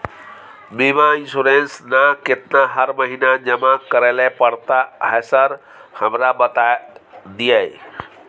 बीमा इन्सुरेंस ना केतना हर महीना जमा करैले पड़ता है सर हमरा बता दिय?